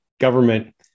government